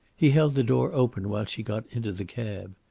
he held the door open while she got into the cab.